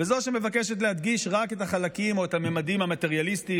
וזאת שמבקשת להדגיש רק את החלקים או את הממדים המטריאליסטיים,